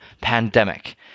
pandemic